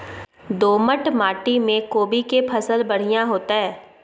दोमट माटी में कोबी के फसल बढ़ीया होतय?